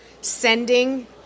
sending